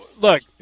Look